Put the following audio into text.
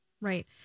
right